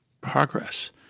progress